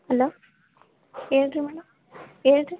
hello ಹೇಳ್ರಿ madam ಹೇಳ್ರಿ